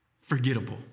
forgettable